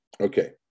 Okay